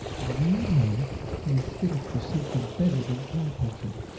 you know he is fitted for something better than cow-punching.